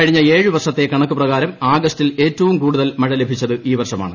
കഴിഞ്ഞ ഏഴ് വർഷത്തെ കണക്ക് പ്രകാരം ആഗസ്റ്റിൽ ഏറ്റവും കൂടുതൽ മഴ ലഭിച്ചത് ഈ വർഷമാണ്